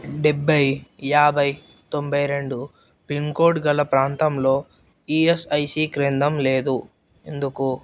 డెబ్బై యాభై తొంభై రెండు పిన్ కోడ్ గల ప్రాంతంలో ఈఎస్ఐసి కేంద్రం లేదు ఎందుకు